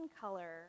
color